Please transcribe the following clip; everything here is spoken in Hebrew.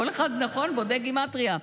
כל אחד בודק גימטרייה,